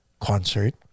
concert